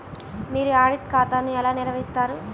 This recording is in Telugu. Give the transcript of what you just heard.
మీరు ఆడిట్ ఖాతాను ఎలా నిర్వహిస్తారు?